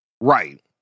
right